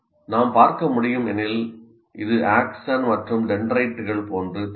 நாம் பார்க்க முடியும் எனில் இது ஆக்சன் மற்றும் டென்ட்ரைட்டுகள் போன்று தெரிகிறது